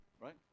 right